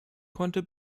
konnte